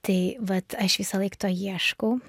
tai vat aš visąlaik to ieškau